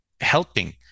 helping